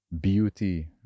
beauty